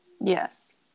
Yes